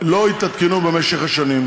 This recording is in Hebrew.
לא התעדכנו במשך השנים.